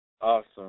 Awesome